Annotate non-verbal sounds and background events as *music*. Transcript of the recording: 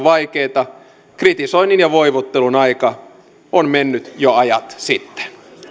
*unintelligible* vaikeita kritisoinnin ja voivottelun aika on mennyt jo ajat sitten